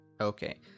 okay